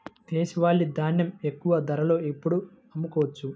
దేశవాలి ధాన్యం ఎక్కువ ధరలో ఎప్పుడు అమ్ముకోవచ్చు?